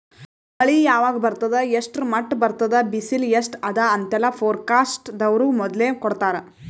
ಮಳಿ ಯಾವಾಗ್ ಬರ್ತದ್ ಎಷ್ಟ್ರ್ ಮಟ್ಟ್ ಬರ್ತದ್ ಬಿಸಿಲ್ ಎಸ್ಟ್ ಅದಾ ಅಂತೆಲ್ಲಾ ಫೋರ್ಕಾಸ್ಟ್ ದವ್ರು ಮೊದ್ಲೇ ಕೊಡ್ತಾರ್